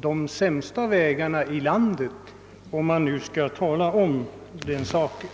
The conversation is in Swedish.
de sämsta vägarna i landet, om de olika länen nu skall graderas på detta sätt.